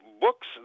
books